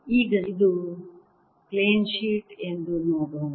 ಈಗ ಇದು plain sheet ಎಂದು ನೋಡೋಣ